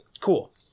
cool